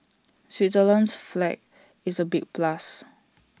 Switzerland's flag is A big plus